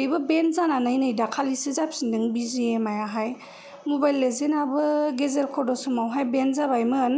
बेबो बेन्द जानानै नै दाखालिसो जाफिनदों बिजिएमाय आहाय मबाइल लेजेनाबो गेजेर खन्द' समावहाय बेन्द जाबायमोन